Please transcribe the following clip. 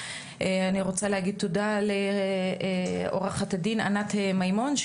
אני רוצה להגיד תודה לעורכת הדין ענת מימון,